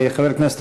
חבר הכנסת